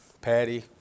Patty